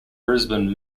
brisbane